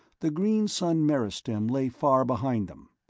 the green-sun meristem lay far behind them.